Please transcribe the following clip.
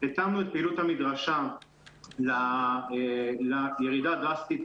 התאמנו את פעילות המדרשה לירידה הדרסטית